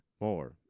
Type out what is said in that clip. more